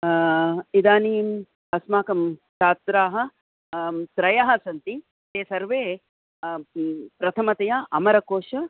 इदानीम् अस्माकं छात्राः त्रयः सन्ति ते सर्वे प्रथमतया अमरकोश